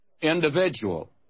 individual